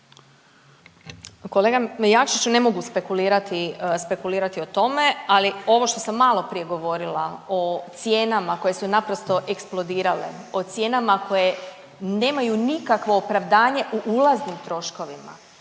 Kolega Jakšiću ne mogu spekulirati, spekulirati o tome, ali ovo što sam maloprije govorila o cijenama koje su naprosto eksplodirale, o cijenama koje nemaju nikakvo opravdanje u ulaznim troškovima,